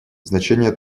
значение